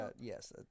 yes